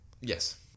yes